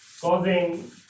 causing